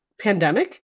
pandemic